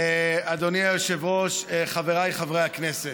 אדוני היושב-ראש, חבריי חברי הכנסת,